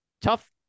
tough